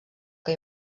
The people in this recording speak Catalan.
que